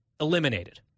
eliminated